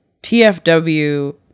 TFW